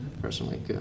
personally